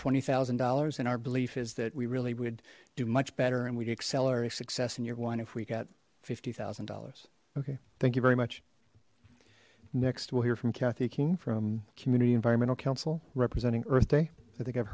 twenty thousand dollars and our belief is that we really would do much better and we accelerate success in your one if we got fifty thousand dollars okay thank you very much next we'll hear from cathy king from community environmental council representing earth day i think i've